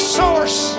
source